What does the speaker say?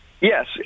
Yes